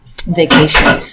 vacation